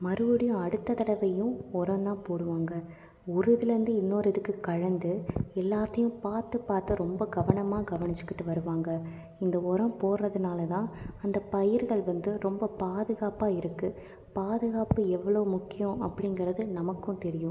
மறுபடியும் அடுத்த தடவையும் உரந்தான் போடுவாங்க ஒரு இதுலேருந்து இன்னொரு இதுக்கு கலந்து எல்லாத்தையும் பார்த்து பார்த்து ரொம்ப கவனமாக கவனிச்சுகிட்டு வருவாங்க இந்த உரம் போடுறதுனால தான் அந்த பயிர்கள் வந்து ரொம்ப பாதுகாப்பாக இருக்குது பாதுகாப்பு எவ்வளோ முக்கியம் அப்படிங்குறது நமக்கும் தெரியும்